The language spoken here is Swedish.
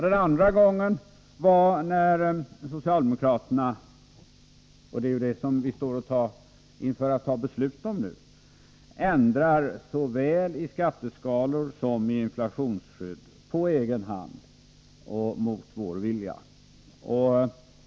Det andra steget har tagits när socialdemokraterna — och det är ju detta vi nu står inför — ändrar såväl i skatteskalor som i inflationsskydd på egen hand och mot vår vilja.